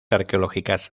arqueológicas